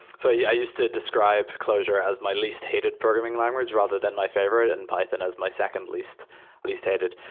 so yeah i used to describe closure as my least hated programming language rather than my favorite, and python is my second least least hated.